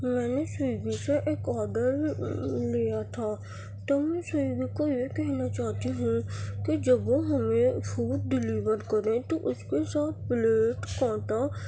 میں نے سویگی سے ایک آڈر لیا تھا تو میں سویگی کو یہ کہنا چاہتی ہوں کہ جب وہ ہمیں فوڈ ڈلیور کریں تو اس کے ساتھ پلیٹ کانٹا